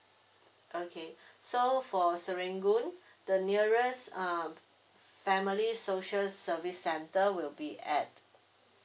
okay so for serangoon the nearest um family social service centre will be at